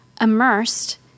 immersed